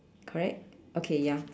correct okay ya